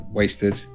wasted